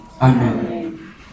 Amen